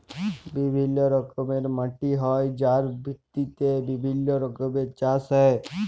বিভিল্য রকমের মাটি হ্যয় যার ভিত্তিতে বিভিল্য রকমের চাস হ্য়য়